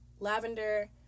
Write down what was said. Lavender